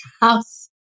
house